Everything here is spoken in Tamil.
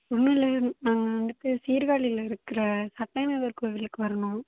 ஒன்றுல்ல மேம் நாங்கள் வந்துவிட்டு சீர்காழியில் இருக்கிற சட்டநாதர் கோயிலுக்கு வரணும்